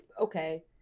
okay